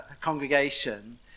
congregation